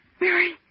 Mary